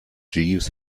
jeeves